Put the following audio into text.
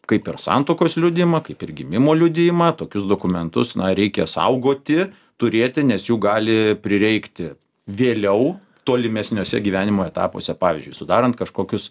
kaip ir santuokos liudijimą kaip ir gimimo liudijimą tokius dokumentus na reikia saugoti turėti nes jų gali prireikti vėliau tolimesniuose gyvenimo etapuose pavyzdžiui sudarant kažkokius